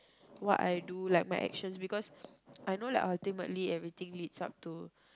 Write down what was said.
what I do like my actions because I know like ultimately everything leads up to